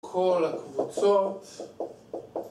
כל הקבוצות